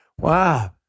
Wow